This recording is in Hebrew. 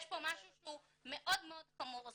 יש פה משהו מאוד מאוד חמור.